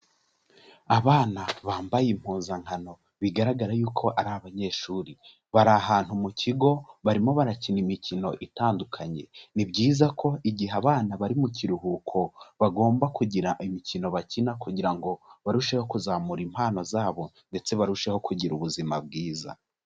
Abana bambaye impuzankano bigaragara y'uko ari abanyeshuri, bari ahantu mu kigo barimo banakina imikino itandukanye, ni byiza ko igihe abana bari mu kiruhuko bagomba kugira imikino bakina kugira ngo barusheho kuzamura impano zabo ndetse barusheho kugira ubuzima bwiza.